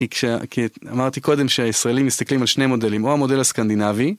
אמרתי קודם שהישראלים מסתכלים על שני מודלים, או המודל הסקנדינבי